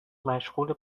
مشغوله